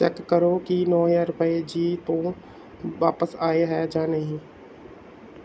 check ਕਰੋ ਕਿ ਨੌ ਹਜ਼ਾਰ ਰੁਪਏ ਜ਼ੀ ਤੋਂ ਵਾਪਸ ਆਏ ਹੈ ਜਾਂ ਨਹੀਂ